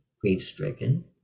grief-stricken